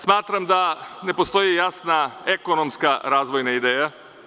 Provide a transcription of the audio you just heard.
Smatram da ne postoji jasna ekonomska razvojna ideja.